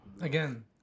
Again